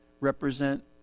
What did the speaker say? represent